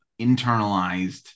internalized